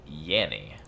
yanny